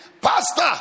pastor